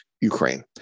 Ukraine